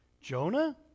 Jonah